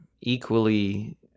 equally